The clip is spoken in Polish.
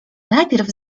najpierw